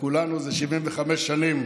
לכולנו זה 75 שנים